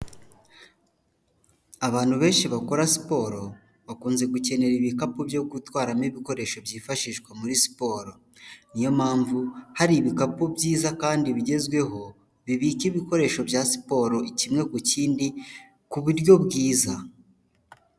Abantu benshi bakora siporo, bakunze gukenera ibikapu byo gutwaramo ibikoresho byifashishwa muri siporo. Niyo mpamvu hari ibikapu byiza kandi bigezweho bibika ibikoresho bya siporo kimwe ku kindi ku buryo bwiza.